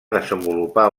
desenvolupà